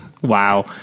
wow